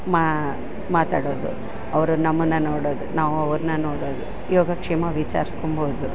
ಮಾ ಮಾತಾಡೋದು ಅವ್ರು ನಮ್ಮನ್ನ ನೋಡೋದು ನಾವು ಅವ್ರ್ನ ನೋಡೋದು ಯೋಗ ಕ್ಷೇಮ ವಿಚಾರ್ಸ್ಕೊಂಬೋದು